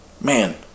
man